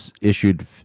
issued